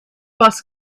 bus